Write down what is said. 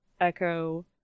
echo